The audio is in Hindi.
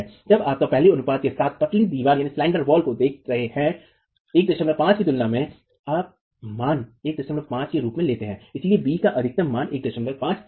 जब आप एक पहलू अनुपात के साथ पतली दीवारों को देख रहे हैं 15 की तुलना मेंआप मान 15 के रूप में लेते हैं इसलिए b का अधिकतम मान 15 होगा